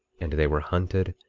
and they were hunted,